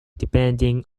depending